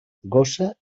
gossa